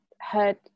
heard